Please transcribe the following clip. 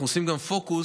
אנחנו עושים גם פוקוס